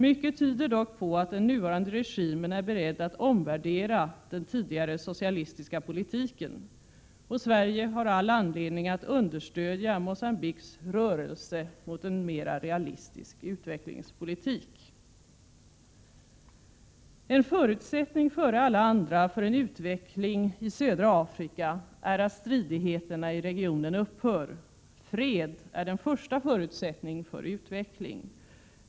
Mycket tyder dock på att den nuvarande regimen är beredd att omvärdera den tidigare socialistiska politiken. Sverige har all anledning att understödja Mogambiques rörelse mot en mera realistisk utvecklingspolitik. En förutsättning före alla andra för en positiv utveckling i södra Afrika är att stridigheterna i regionen upphör. Fred är den första förutsättningen härför.